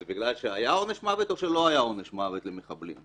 זה בגלל שהיה עונש מוות או שלא היה עונש מוות למחבלים?